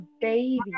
baby